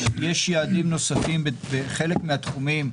יש יעדים נוספים בחלק מהתחומים,